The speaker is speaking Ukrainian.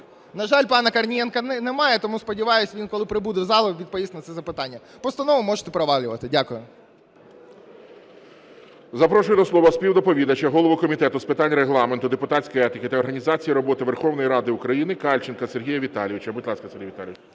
На жаль, пана Корнієнка немає, тому, сподіваюся, він коли прибуде в залу, відповість на ці запитання. Постанову можете провалювати. Дякую.